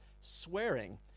swearing